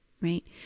right